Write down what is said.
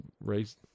race